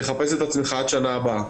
תחפש את עצמך עד שנה הבאה.